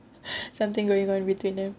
something going on between them